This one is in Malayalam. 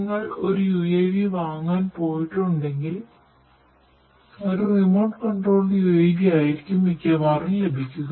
നിങ്ങൾ ഒരു UAV വാങ്ങാൻ പോയിട്ടുണ്ടെങ്കിൽ ഒരു റിമോട്ട് കൺട്രോൾഡ് UAV ആയിരിക്കും മിക്കവാറും ലഭിക്കുക